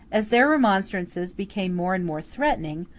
as their remonstrances became more and more threatening,